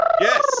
Yes